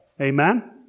Amen